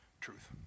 truth